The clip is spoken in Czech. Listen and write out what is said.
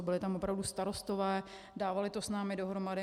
Byli tam opravdu starostové, dávali to s námi dohromady.